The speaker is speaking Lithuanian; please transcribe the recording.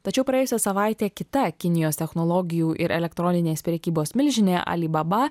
tačiau praėjusią savaitę kita kinijos technologijų ir elektroninės prekybos milžinė alibaba